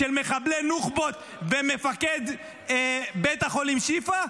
של מחבלי נוח'בות ומפקד בית החולים שיפא?